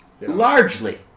largely